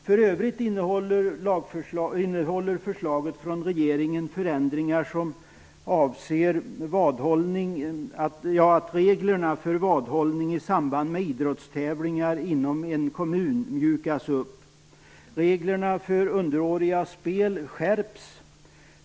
För övrigt innehåller förslaget från regeringen förändringar som innebär att reglerna för vadhållning i samband med idrottstävlingar inom en kommun mjukas upp. Reglerna för underårigas spel skärps.